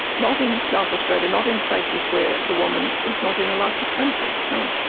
not in south australia, not in places where the woman is not in a licensed premises, no.